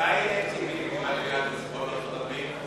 מתי ציפי לבני מתחילה את השיחות בארצות-הברית?